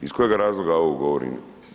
Iz kojeg razloga ovo govorim?